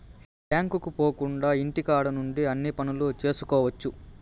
బ్యాంకుకు పోకుండా ఇంటికాడ నుండి అన్ని పనులు చేసుకోవచ్చు